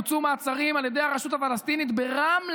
בוצעו מעצרים על ידי הרשות הפלסטינית ברמלה,